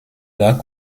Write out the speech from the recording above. l’art